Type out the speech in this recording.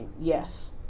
yes